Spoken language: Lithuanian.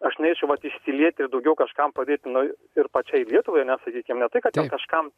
aš norėčiau vat išsilieti ir daugiau kažkam padėti na ir pačiai lietuvai nes sakykim ne tai kad ten kažkam tai